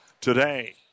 today